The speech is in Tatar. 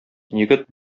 егет